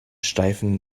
steifen